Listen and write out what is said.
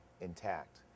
intact